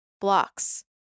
Blocks